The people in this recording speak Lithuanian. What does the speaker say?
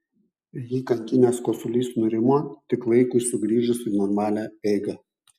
jį kankinęs kosulys nurimo tik laikui sugrįžus į normalią eigą